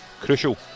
crucial